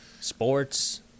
sports